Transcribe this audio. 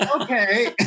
okay